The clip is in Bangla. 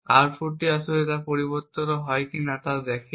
এবং আউটপুট আসলে পরিবর্তিত হয় কিনা তা দেখে